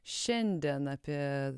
šiandien apie